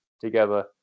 together